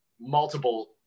multiple